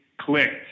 clicked